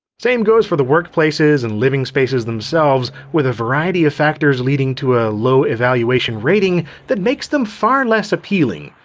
same goes for the workplaces and living spaces themselves, with a variety of factors leading to a low evaluation rating that makes them far less appealing.